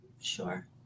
Sure